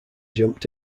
jumped